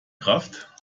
kraft